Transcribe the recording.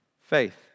faith